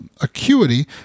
acuity